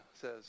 says